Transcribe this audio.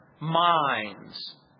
minds